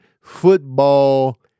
football